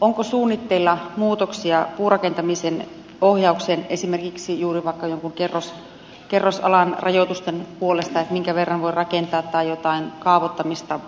onko suunnitteilla muutoksia puurakentamisen ohjaukseen esimerkiksi juuri vaikka jonkun kerrosalan rajoitusten puolesta minkä verran voi rakentaa tai jotain kaavoittamista